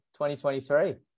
2023